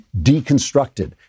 deconstructed